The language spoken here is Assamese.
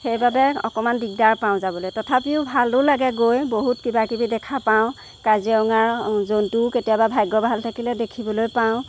সেইবাবে অকণমান দিগদাৰ পাওঁ যাবলৈ তথাপিও ভালো লাগে গৈ বহুত কিবাকিবি দেখা পাওঁ কাজিৰঙাও জন্তুও কেতিয়াবা ভাগ্য ভাল থাকিলে দেখিবলৈ পাওঁ